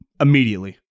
Immediately